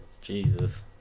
Jesus